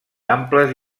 amples